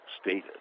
stated